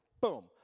Boom